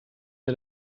der